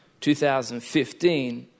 2015